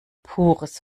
pures